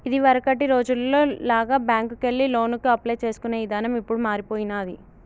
ఇదివరకటి రోజుల్లో లాగా బ్యేంకుకెళ్లి లోనుకి అప్లై చేసుకునే ఇదానం ఇప్పుడు మారిపొయ్యినాది